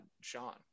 sean